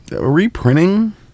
Reprinting